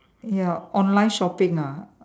ya online shopping ah